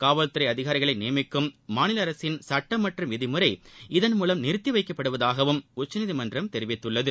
காவல்துறை அதிகாரிகளை நியமிக்கும் மாநில அரசின் சுட்டம் மற்றும் விதிமுறை இதன் மூலம் நிறுத்தி வைக்கப்படுவதாகவும் உச்சநீதிமன்றம் தெரிவித்துள்ளது